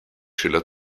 schiller